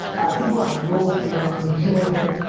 i think we're on a roll here, i'm enjoying it.